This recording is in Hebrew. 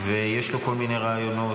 ויש לו כל מיני רעיונות,